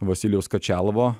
vasilijaus kačalovo